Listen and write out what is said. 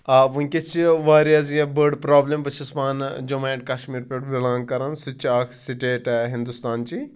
آ وٕنکٮ۪س چھِ واریاہ زِ بٔڈ پرٛابلِم بہٕ چھُس پانہٕ جموں اینٛڈ کَشمیٖر پٮ۪ٹھ بِلانٛگ کَران سہُ تہِ چھِ اَکھ سِٹیٹہ ہِندُستانچی